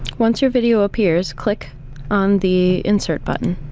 once your video appears, click on the insert button.